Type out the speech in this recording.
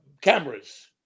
cameras